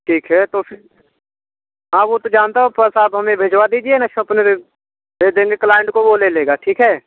ठीक है तो फिर हाँ वो तो जानता हूँ बस आप हमें भिजवा दीजिए ना भेज देंगे क्लाइंट को वो ले लेगा ठीक है